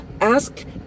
Ask